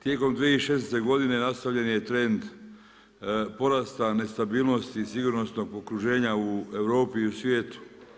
Tijekom 2016. godine, nastavljen je trend porasti nestabilnosti sigurnosnih okruženja u Europi i u svijetu.